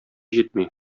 җитми